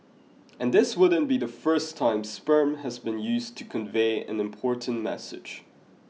and this wouldn't be the first time sperm has been used to convey an important message